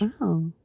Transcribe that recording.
Wow